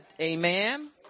amen